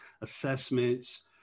assessments